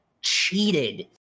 cheated